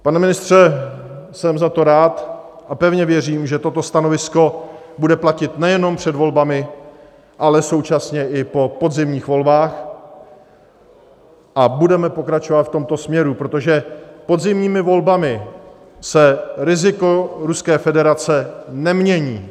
Pane ministře, jsem za to rád a pevně věřím, že toto stanovisko bude platit nejenom před volbami, ale současně i po podzimních volbách a budeme pokračovat v tomto směru, protože podzimními volbami se riziko Ruské federace nemění.